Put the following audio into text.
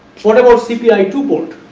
what about cpi two port?